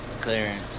clearance